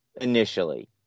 initially